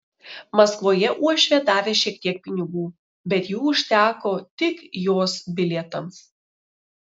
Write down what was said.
maskvoje uošvė davė šiek tiek pinigų bet jų užteko tik jos bilietams